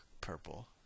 purple